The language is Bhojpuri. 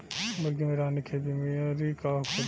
मुर्गी में रानीखेत बिमारी का होखेला?